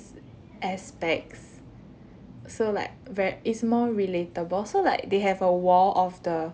aspects so like very it's more relatable so like they have a wall of the